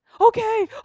Okay